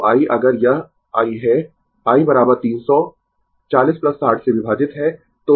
तो i अगर यह i है i 300 40 60 से विभाजित है